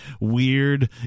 weird